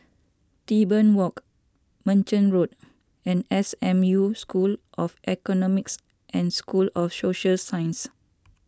Tebing Walk Merchant Road and S M U School of Economics and School of Social Sciences